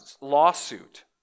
lawsuit